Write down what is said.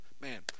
man